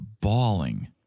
bawling